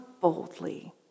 boldly